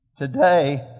Today